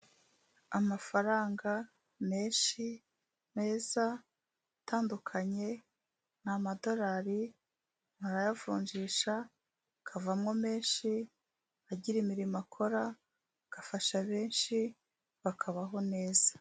Amafaranga menshi meza, atandukanye ni amadorari, barayavunjisha akavamo menshi agira imirimo akora igafasha benshi bakabaho neza.